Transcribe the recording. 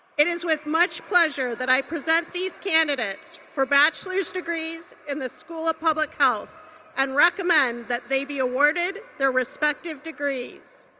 it is with much pleasure that i present these candidates for bachelor's degrees in the school of public health and recommend that they be awarded their respective degrees.